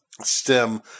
stem